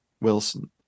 Wilson